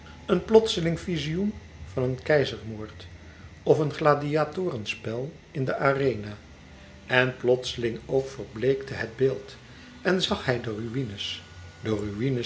een plotseling vizioen van een keizermoord of een gladiatorenspel in de arena en plotseling ook verbleekte het beeld en zag hij de ruïnes de ruïnes